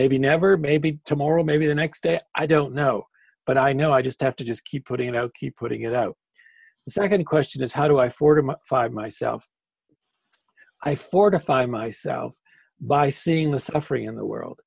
maybe never maybe tomorrow maybe the next day i don't know but i know i just have to just keep putting it out keep putting it out the second question is how do i forty five myself i for to find myself by seeing the suffering in the world